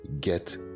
get